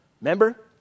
Remember